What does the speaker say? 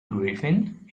griffin